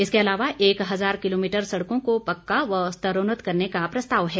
इसके अलावा एक हजार किलोमीटर सड़कों को पक्का व स्तरोन्नत करने का प्रस्ताव है